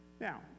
Now